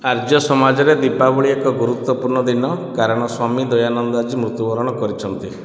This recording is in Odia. ଆର୍ଯ୍ୟ ସମାଜରେ ଦୀପାବଳି ଏକ ଗୁରୁତ୍ୱପୂର୍ଣ୍ଣ ଦିନ କାରଣ ସ୍ୱାମୀ ଦୟାନନ୍ଦ ଆଜି ମୃତ୍ୟୁବରଣ କରିଛନ୍ତି